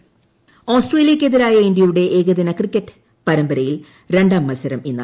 cricket ഓസ്ട്രേലിയയ്ക്കെതിരായ ഇന്ത്യയുടെ ഏകദിന ക്രിക്കറ്റ് പരമ്പരയിൽ രണ്ടാം മൽസരം ഇന്ന്